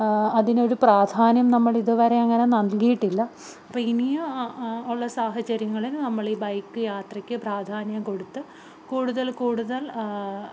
അതിനൊരു പ്രാധാന്യം നമ്മളിതുവരെ അങ്ങനെ നൽകിയിട്ടില്ല അപ്പോള് ഇനിയുള്ള സാഹചര്യങ്ങളിൽ നമ്മളീ ബൈക്ക് യാത്രയ്ക്ക് പ്രാധാന്യം കൊടുത്ത് കൂടുതൽ കൂടുതൽ